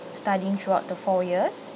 studying throughout the four years